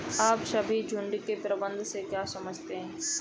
आप सभी झुंड के प्रबंधन से क्या समझते हैं?